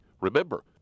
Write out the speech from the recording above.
Remember